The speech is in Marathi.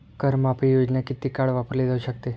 कर माफी योजना किती काळ वापरली जाऊ शकते?